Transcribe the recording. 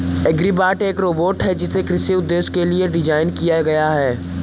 agribot एक robot है जिसे कृषि उद्देश्यों के लिए डिज़ाइन किया गया है